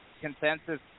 consensus